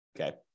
Okay